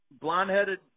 blonde-headed